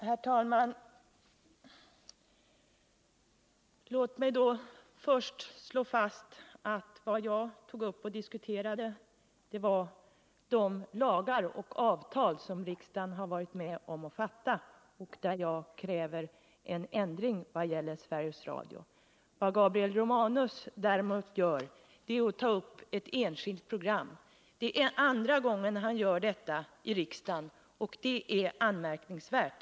Herr talman! Låt mig då först slå fast att vad jag tog upp och diskuterade var de lagar som riksdagen har stiftat och de avtal som riksdagen varit med om att träffa och där jag kräver en ändring när det gäller Sveriges Radio. Vad Gabriel Romanus däremot gör är att ta upp ett enskilt program. Det är andra gången han gör detta i riksdagen, och det är anmärkningsvärt.